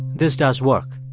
this does work.